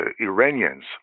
Iranians